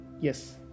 Yes